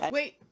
Wait